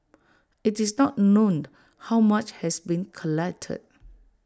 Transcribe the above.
IT is not known how much has been collected